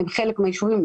חלק מהיישובים.